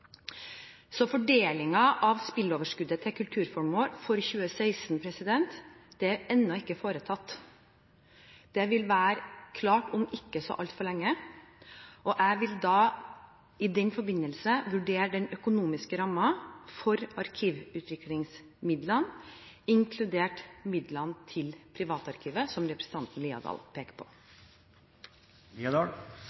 av spilleoverskuddet til kulturformål for 2016 er ennå ikke foretatt. Det vil være klart om ikke så altfor lenge, og jeg vil i den forbindelse vurdere den økonomiske rammen for arkivutviklingsmidlene, inkludert midlene til privatarkiv, som representanten Haukeland Liadal peker på.